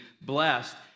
blessed